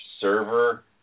server